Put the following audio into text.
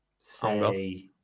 say